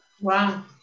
Wow